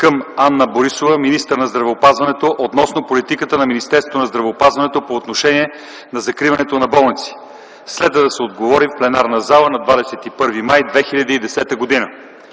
към Анна-Мария Борисова, министър на здравеопазването, относно политиката на Министерството на здравеопазването по отношение на закриването на болници. Следва да се отговори в пленарното заседание на 21 май 2010 г.